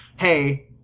hey